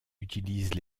utilisent